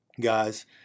guys